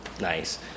nice